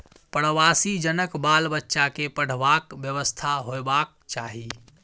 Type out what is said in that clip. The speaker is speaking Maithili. प्रवासी जनक बाल बच्चा के पढ़बाक व्यवस्था होयबाक चाही